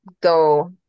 go